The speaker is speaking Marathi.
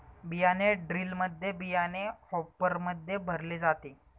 बियाणे ड्रिलमध्ये बियाणे हॉपरमध्ये भरले जाते